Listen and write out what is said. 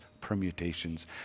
permutations